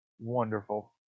wonderful